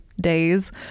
days